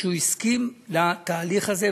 הסכים לתהליך הזה.